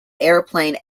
airplane